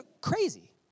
crazy